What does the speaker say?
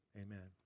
amen